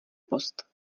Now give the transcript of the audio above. post